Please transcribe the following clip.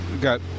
got